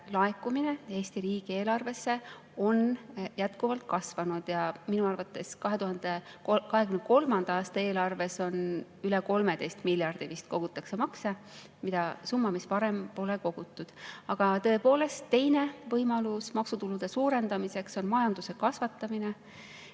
laekumine Eesti riigieelarvesse on jätkuvalt kasvanud. Minu arvates 2023. aasta eelarvesse kogutakse vist üle 13 miljardi [euro] makse – summa, mida varem pole kogutud. Aga tõepoolest, teine võimalus maksutulude suurendamiseks on majanduse kasvatamine,